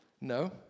no